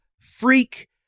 freak